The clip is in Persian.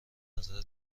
نظر